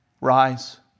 rise